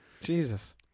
Jesus